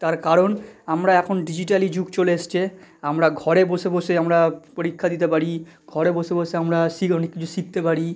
তার কারণ আমরা এখন ডিজিটালি যুগ চলে এসেছে আমরা ঘরে বসে বসে আমরা পরীক্ষা দিতে পারি ঘরে বসে বসে আমরা অনেক কিছু শিখতে পারি